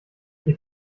ihr